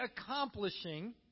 accomplishing